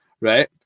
right